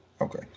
Okay